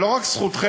זו לא רק זכותכם,